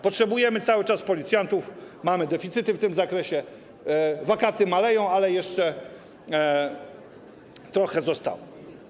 Potrzebujemy cały czas policjantów, mamy deficyty w tym zakresie, liczba wakatów maleje, ale jeszcze trochę ich zostało.